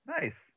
Nice